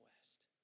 west